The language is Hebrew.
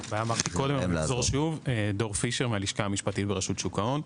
אני מהלשכה המשפטית ברשות שוק ההון,